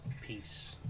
peace